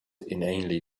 inanely